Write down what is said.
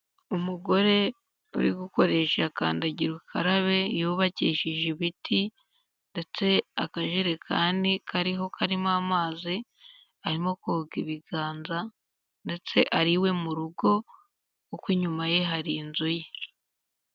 Umugore uri gukoresha kandagira ukarabe, yubakishije ibiti ndetse akajerekani kariho karimo, amazi arimo koga ibiganza ndetse ari iwe mu rugo kuko inyuma ye hari inzu ye.